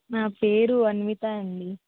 నా పేరు అన్విత అండి